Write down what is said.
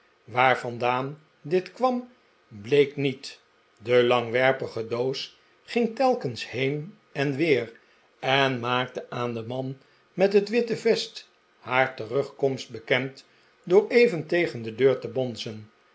waar vandaan dit kwam bleek niet de langwerpige doos ging telkens heen en weer en maakte aan den man met het witte vest haar terugkomst bekend door even tegen de deur te bonzen